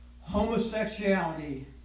Homosexuality